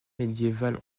médiéval